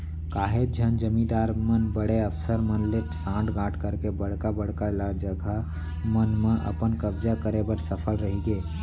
काहेच झन जमींदार मन बड़े अफसर मन ले सांठ गॉंठ करके बड़का बड़का ल जघा मन म अपन कब्जा करे बर सफल रहिगे